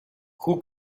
who